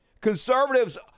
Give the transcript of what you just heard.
Conservatives